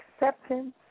acceptance